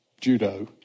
judo